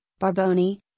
Barboni